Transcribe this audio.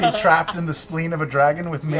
trapped in the spleen of a dragon with